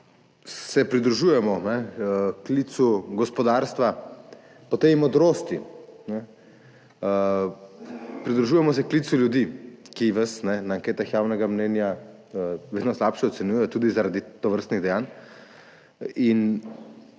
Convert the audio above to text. se torej klicu gospodarstva po tej modrosti, pridružujemo se klicu ljudi, ki vas na anketah javnega mnenja vedno slabše ocenjujejo tudi zaradi tovrstnih dejanj,